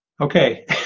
Okay